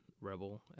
rebel